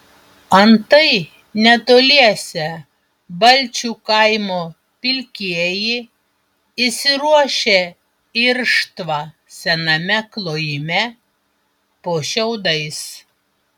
antai netoliese balčių kaimo pilkieji įsiruošę irštvą sename klojime po šiaudais